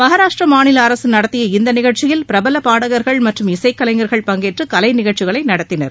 மகாராஷ்டிர மாநில அரசு நடத்திய இந்த நிகழ்ச்சியில் பிரபல பாடகர்கள் மற்றும் இசைக்கலைஞர்கள் பங்கேற்று கலை நிகழ்ச்சிகளை நடத்தினர்